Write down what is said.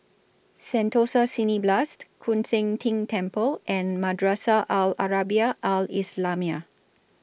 Sentosa Cineblast Koon Seng Ting Temple and Madrasah Al Arabiah Al Islamiah